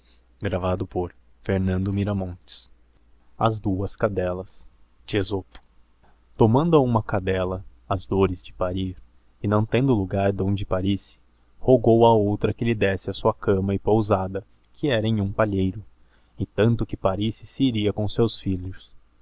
wiií as duas cadeílas tomando a huma cadella as dores de parir e não tendo lugar donde parisse rogou a outra que lhe desse a sua cama e pousada que era em hum pallieiro e tanto que parisse se iria com seus íilhos